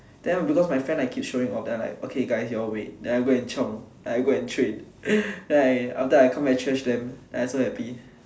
then because my friend like keep showing off then I like okay guys you all wait then I go and chiong then I go and train then I after that I come back and trash them then I very happy